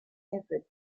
effort